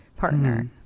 Partner